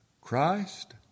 Christ